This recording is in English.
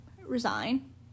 resign